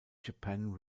japan